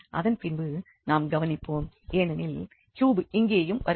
அதன்பின்பு நாம் கவனிப்போம் ஏனெனில் கியூப் இங்கேயும் வருகிறது